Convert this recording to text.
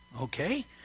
Okay